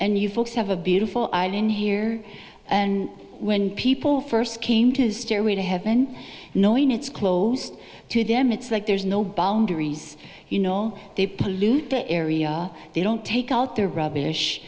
and you folks have a beautiful island here and when people first came to stairway to heaven no one it's closed to them it's like there's no boundaries you know they've pollute the area they don't take out the rubbish